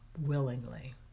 willingly